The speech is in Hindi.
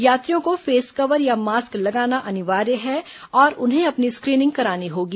यात्रियों को फेस कवर या मास्क लगाना अनिवार्य है और उन्हें अपनी स्क्रीनिंग करानी होगी